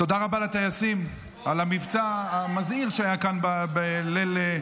תודה רבה לטייסים על המבצע המזהיר שהיה כאן בליל,